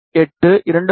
8 2